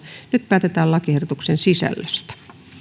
nyt päätetään lakiehdotuksen sisällöstä